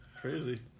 Crazy